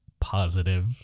positive